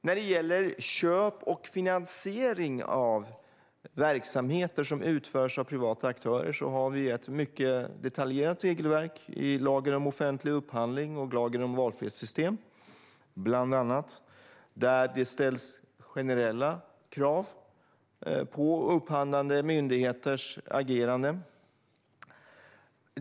När det gäller köp och finansiering av verksamheter som utförs av privata aktörer har vi ett mycket detaljerat regelverk i bland annat lagen om offentlig upphandling och lagen om valfrihetssystem där det ställs generella krav på upphandlande myndigheters agerande. Herr talman!